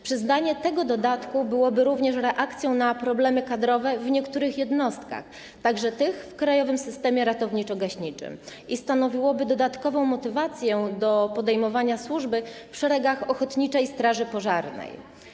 Przyznanie tego dodatku byłoby również reakcją na problemy kadrowe w niektórych jednostkach, także tych w krajowym systemie ratowniczo-gaśniczym, i stanowiłoby dodatkową motywację do podejmowania służby w szeregach ochotniczej straży pożarnej.